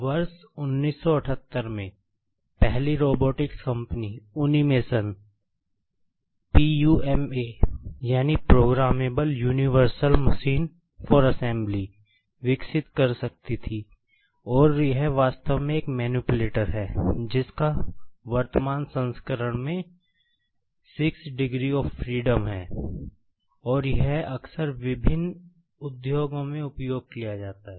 वर्ष 1978 में पहली रोबोटिक्स है और यह अक्सर विभिन्न उद्योगों में उपयोग किया जाता है